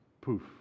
Poof